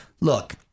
look